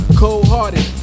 cold-hearted